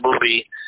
movie